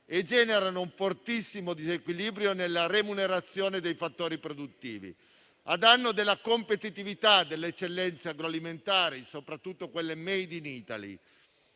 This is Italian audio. e generano un fortissimo disequilibrio nella remunerazione dei fattori produttivi, a danno della competitività delle eccellenze agroalimentari. Mi riferisco soprattutto a quelle del *made in Italy*,